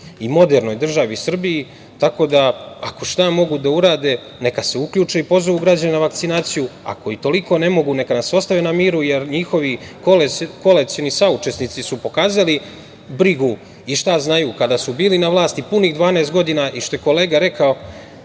i modernoj državi Srbiji. Tako da, ako šta mogu da urade, neka se uključe i pozovu građane na vakcinaciju. Ako i toliko ne mogu, neka nas ostave na miru, jer njihovi koalicioni saučesnici su pokazali brigu i šta znaju, kada su bili na vlasti punih 12 godina. Što je rekao